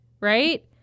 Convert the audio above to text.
right